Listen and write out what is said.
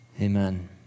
Amen